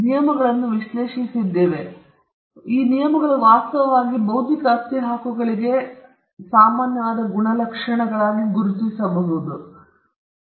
ಈಗ ನಾವು ಈ ನಿಯಮಗಳನ್ನು ವಿಶ್ಲೇಷಿಸಿದ್ದೇವೆ ಮತ್ತು ಈ ನಿಯಮಗಳು ವಾಸ್ತವವಾಗಿ ಬೌದ್ಧಿಕ ಆಸ್ತಿ ಹಕ್ಕುಗಳಿಗೆ ಸಾಮಾನ್ಯವಾದ ಗುಣಲಕ್ಷಣಗಳಾಗಿ ಗುರುತಿಸಬಹುದಾದ ಕೆಲವು ಲಕ್ಷಣಗಳನ್ನು ಎಸೆದಿದೆ